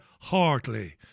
Hartley